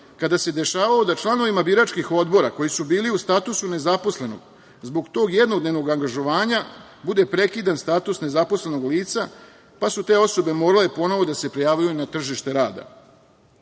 kada se dešavalo da članovima biračkih odbora koji su bili u statusu nezaposlenog zbog tog jednodnevnog angažovanja bude prekidan status nezaposlenog lica, pa su te osobe morale ponovo da se prijavljuju na tržište rada. Kada